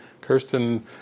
Kirsten